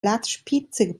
blattspitze